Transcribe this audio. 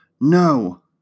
No